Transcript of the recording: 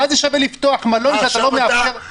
מה שווה לפתוח מלון בלי שתפתח אטרקציה במלון?